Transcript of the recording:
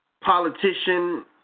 politician